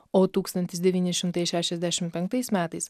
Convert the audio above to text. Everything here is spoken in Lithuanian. o tūkstantis devyni šimtai šešiasdešimt penktais metais